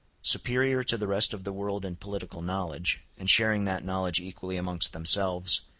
superior to the rest of the world in political knowledge, and sharing that knowledge equally amongst themselves,